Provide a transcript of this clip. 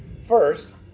First